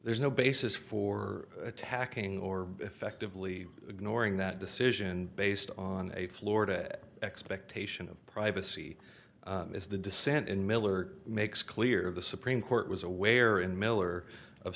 there's no basis for attacking or effectively ignoring that decision based on a florida expectation of privacy is the dissent in miller makes clear the supreme court was aware in miller of